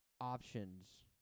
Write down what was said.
options